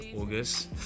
August